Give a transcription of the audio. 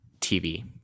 TV